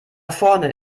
vorne